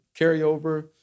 carryover